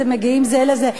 אתם מגיעים זה לזה.